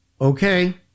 okay